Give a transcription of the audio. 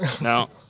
No